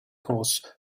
horse